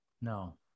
No